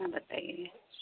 आपना बताइए